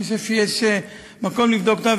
אני חושב שיש מקום לבדוק אותה.